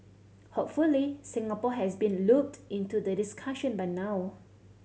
hopefully Singapore has been looped into the discussion by now